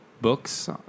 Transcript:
books